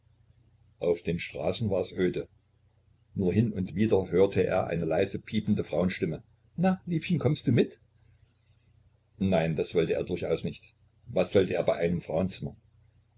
auf den straßen war es öde nur hin und wieder hörte er eine leise piepende frauenstimme na liebchen kommst du mit nein das wollte er durchaus nicht was sollte er bei einem frauenzimmer